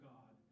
God